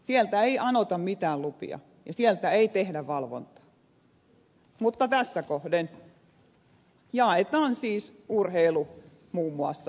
sieltä ei anota mitään lupia ja sieltä ei tehdä valvontaa mutta tässä kohden jaetaan siis urheilu muun muassa kahtia